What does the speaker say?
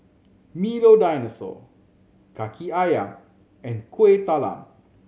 Milo Dinosaur Kaki Ayam and Kuih Talam